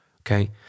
okay